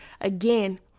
Again